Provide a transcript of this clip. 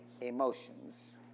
emotions